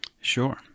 Sure